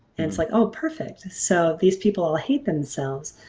and it's like oh perfect. so these people all hate themselves.